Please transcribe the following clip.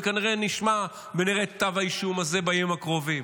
וכנראה נשמע ונראה את כתב האישום הזה בימים הקרובים.